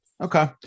Okay